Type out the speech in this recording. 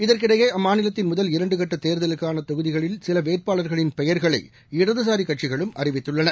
இதற்கிடையேஅம்மாநிலத்தின் முதல் இரண்டுகட்டதேர்தல்களுக்கானதொகுதிகளில் சிலவேட்பாளர்களின் பெயர்களை இடதுசாரிகட்சிகளும் அறிவித்துள்ளன